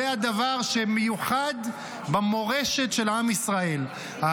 זה הדבר שמיוחד במורשת של עם ישראל,